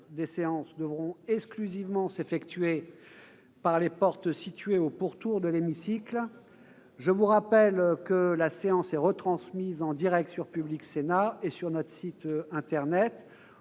des séances devront exclusivement s'effectuer par les portes situées au pourtour de l'hémicycle. Je vous rappelle que la séance est retransmise en direct sur Public Sénat et sur notre site internet.